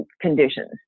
conditions